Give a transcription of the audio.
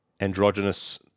androgynous